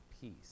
Peace